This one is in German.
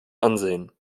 ansehen